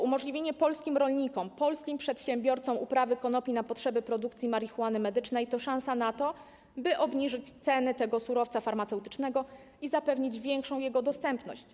Umożliwienie polskim rolnikom, polskim przedsiębiorcom uprawy konopi na potrzeby produkcji marihuany medycznej to szansa na to, by obniżyć ceny tego surowca farmaceutycznego i zapewnić jego większą dostępność.